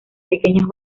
pequeños